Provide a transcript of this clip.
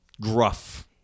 gruff